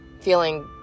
feeling